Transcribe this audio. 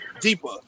deeper